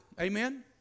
Amen